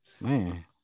man